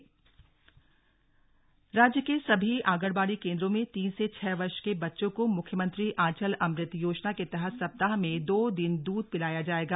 press वार्ता राज्य के सभी आंगनबाड़ी केंद्रों में तीन से छह वर्ष के बच्चों को मुख्यमंत्री आंचल अमृत योजना के तहत सप्ताह में दो दिन दूध पिलाया जाएगा